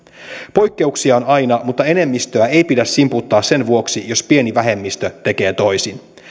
poikkeuksia on aina mutta enemmistöä ei pidä simputtaa sen vuoksi jos pieni vähemmistö tekee toisin